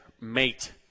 mate